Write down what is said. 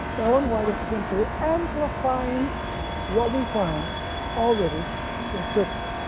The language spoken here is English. ellen white is simply amplifying what we find already in scripture.